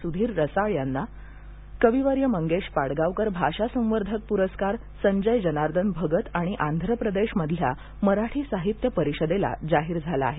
सुधीर रसाळ यांना कविवर्य मंगेश पाडगावकर भाषा संवर्धक पुरस्कार संजय जनार्दन भगत आणि आंध्रप्रदेश मधल्या मराठी साहित्य परिषदेला जाहीर झाला आहे